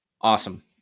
Awesome